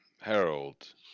Harold